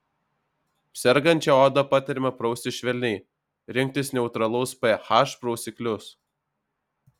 sergančią odą patariama prausti švelniai rinktis neutralaus ph prausiklius